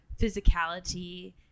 physicality